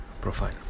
profile